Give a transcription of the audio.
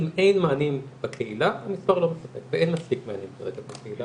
אם אין מענים בקהילה המספר לא מספק ואין מספיק מענים כרגע בקהילה,